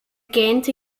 gähnte